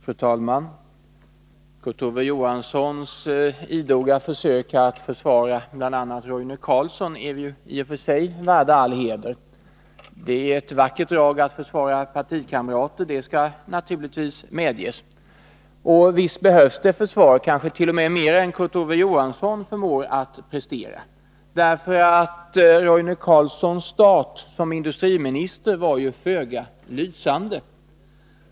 Fru talman! Kurt Ove Johanssons idoga försök att försvara bl.a. Roine Carlsson är ju i och för sig värda all heder. Det är ett vackert drag att försvara partikamrater — det skall naturligtvis medges. Och visst behövs det försvar, kanske t.o.m. mer än Kurt Ove Johansson förmår att prestera. Roine Carlssons start som industriminister var ju föga lysande.